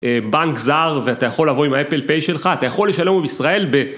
בנק זר, ואתה יכול לבוא עם ה-apple pay שלך, אתה יכול לשלם לו בישראל ב...